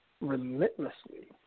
relentlessly